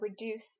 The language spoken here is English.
reduce